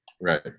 right